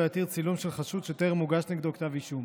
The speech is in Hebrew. יתיר צילום של חשוד שטרם הוגש נגדו כתב אישום